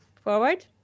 Forward